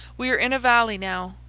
we are in a valley now,